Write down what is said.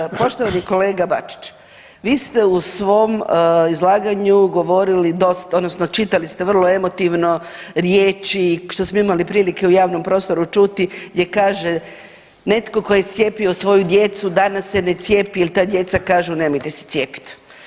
Dakle, poštovani kolega Bačić, vi ste u svom izlaganju govorili dosta odnosno čitali ste vrlo emotivno riječi što smo imali prilike u javnom prostoru čuti gdje kaže netko tko je cijepio svoju djecu danas se ne cijepi il ta djeca kažu nemojte se cijepit.